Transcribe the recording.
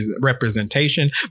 representation